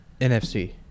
NFC